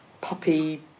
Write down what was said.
puppy